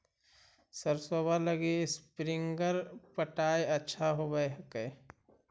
सरसोबा लगी स्प्रिंगर पटाय अच्छा होबै हकैय?